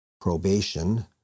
probation